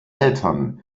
eltern